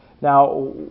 Now